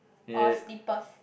or slippers